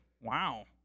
Wow